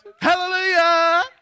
hallelujah